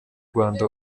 rwanda